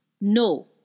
No